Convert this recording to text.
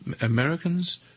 Americans